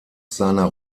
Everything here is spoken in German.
seiner